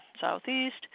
southeast